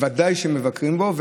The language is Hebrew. ודאי שהם מבקרים בו,